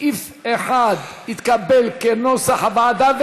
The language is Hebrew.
סעיף 1 התקבל כנוסח הוועדה,